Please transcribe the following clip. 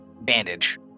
bandage